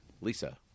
Lisa